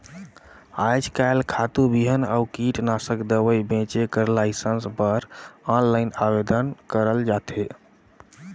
आएज काएल खातू, बीहन अउ कीटनासक दवई बेंचे कर लाइसेंस बर आनलाईन आवेदन करल जाथे